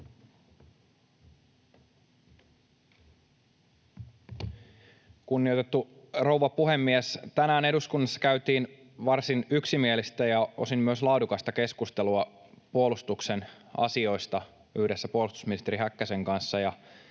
Kunnioitettu rouva puhemies! Tänään eduskunnassa käytiin varsin yksimielistä ja osin myös laadukasta keskustelua puolustuksen asioista yhdessä puolustusministeri Häkkäsen kanssa,